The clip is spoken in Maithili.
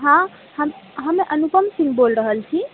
हँ हम अनुपम सिंह बोल रहल छी